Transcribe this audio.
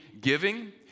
giving